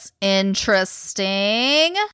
interesting